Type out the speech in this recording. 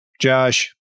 Josh